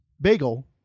bagel